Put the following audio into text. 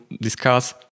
discuss